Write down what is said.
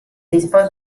disposa